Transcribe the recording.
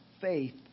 faith